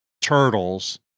turtles